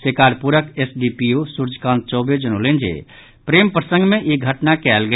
शिकारपुरक SDPO Suryakant Chaubey जनौलनि जे प्रेम प्रसंग मे ई घटना कयल गेल